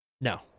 No